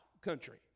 country